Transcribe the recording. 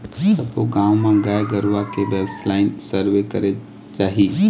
सब्बो गाँव म गाय गरुवा के बेसलाइन सर्वे करे जाही